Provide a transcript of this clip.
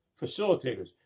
facilitators